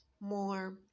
more